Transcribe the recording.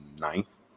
ninth